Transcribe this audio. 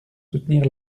soutenir